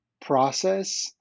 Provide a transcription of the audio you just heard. process